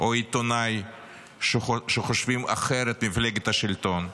או עיתונאי שחושבים אחרת ממפלגת השלטון.